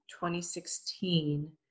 2016